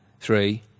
three